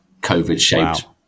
COVID-shaped